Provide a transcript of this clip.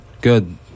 good